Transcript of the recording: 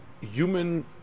human